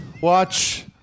watch